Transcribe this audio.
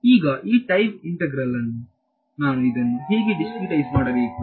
ಈಗ ಈ time integral ನಾನು ಇದನ್ನು ಹೇಗೆ ದಿಸ್ತ್ರಿಟ್ಐಸ್ ಮಾಡಬೇಕು